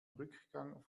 rückgang